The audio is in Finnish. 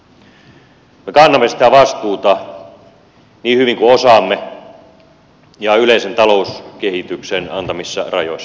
me kannamme sitä vastuuta niin hyvin kuin osaamme ja yleisen talouskehityksen antamissa rajoissa